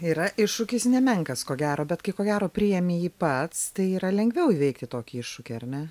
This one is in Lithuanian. yra iššūkis nemenkas ko gero bet kai ko gero priimi jį pats tai yra lengviau įveikti tokį iššūkį ar ne